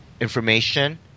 information